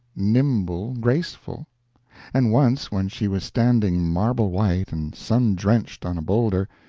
nimble, graceful and once when she was standing marble-white and sun-drenched on a boulder,